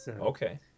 Okay